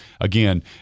again